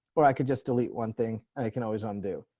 or i could just delete one thing i can always on do